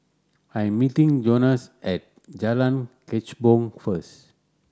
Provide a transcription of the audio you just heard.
I am meeting Jonas at Jalan Kechubong first